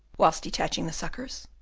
whilst detaching the suckers.